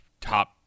Top